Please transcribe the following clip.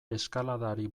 eskaladari